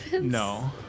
No